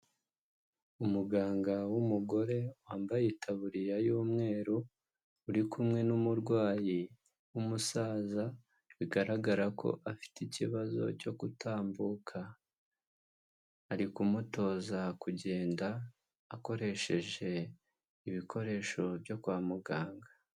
Umuganga w'umugore wambaye itabuririya y'umweru uri kumwe n'umurwayi w'umusaza bigaragara ko afite ikibazo cyo gutambuka, ari ku mutoza kugenda akoresheje ibikoresho byo kwa muganga.